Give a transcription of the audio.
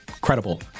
credible